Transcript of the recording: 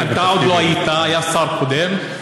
אתה לא היית, היה שר קודם.